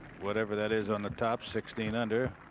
whatever that is on the top. sixteen under